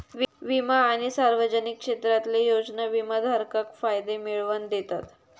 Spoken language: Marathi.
विमा आणि सार्वजनिक क्षेत्रातले योजना विमाधारकाक फायदे मिळवन दितत